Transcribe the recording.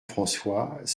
françois